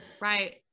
Right